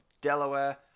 Delaware